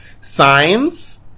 Signs